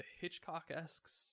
Hitchcock-esque